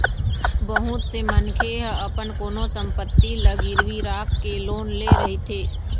बहुत से मनखे ह अपन कोनो संपत्ति ल गिरवी राखके लोन ले रहिथे